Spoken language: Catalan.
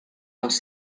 les